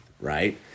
right